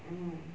mm